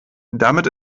damit